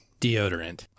Deodorant